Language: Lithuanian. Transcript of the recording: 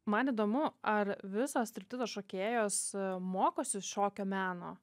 man įdomu ar visos striptizo šokėjos mokosi šokio meno